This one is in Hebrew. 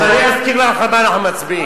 אז אני אזכיר לך על מה אנחנו מצביעים.